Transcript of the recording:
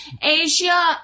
Asia